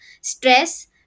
stress